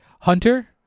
hunter